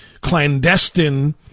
clandestine